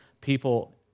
people